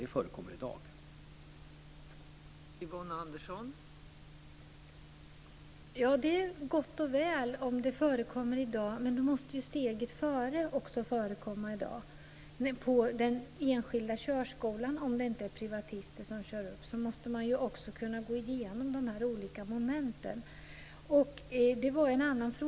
Detta förekommer alltså i dag.